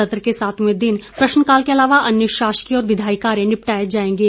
सत्र के सातवें दिन आज प्रश्नकाल के अलावा अन्य शासकीय और विधायी कार्य निपटाए जाएंगे